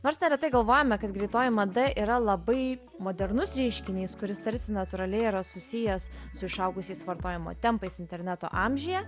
nors neretai galvojame kad greitoji mada yra labai modernus reiškinys kuris tarsi natūraliai yra susijęs su išaugusiais vartojimo tempais interneto amžiuje